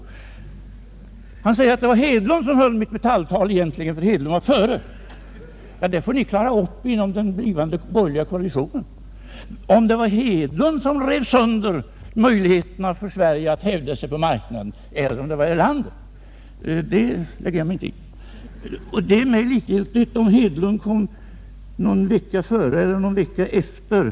Herr Bengtson sade att det egentligen var herr Hedlund som höll mitt Mctalltal, ty herr Hedlund kom först. Ja, det får ni inom den blivande borgerliga koalitionen klara upp. Om det var herr Hedlund som rev sönder möjligheterna för Sverige att hävda sig på marknaden, eller om det var Erlander, lägger jag mig inte i. Det är mig likgiltigt om herr Hedlund kom en vecka före mig eller en vecka efter.